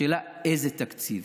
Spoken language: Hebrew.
השאלה איזה תקציב.